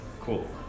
Cool